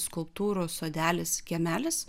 skulptūrų sodelis kiemelis